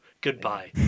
Goodbye